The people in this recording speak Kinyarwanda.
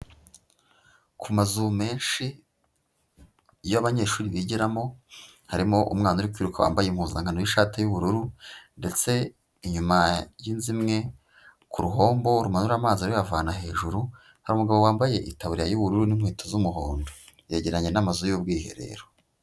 Ku mazu menshi y'abanyeshuri bigiramo, harimo umwana uri kwiruka wambaye impuzankano y'ishati y'ubururu, ndetse inyuma y'inzu imwe, ku ruhombo rumanura amazi ruyavana hejuru, hari umugabo wambaye itaburiya y'ubururu n'inkweto z'umuhondo, yegeranye n'amazu y'ubwiherero.